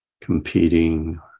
competing